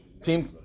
Team